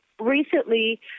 recently